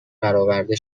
برآورده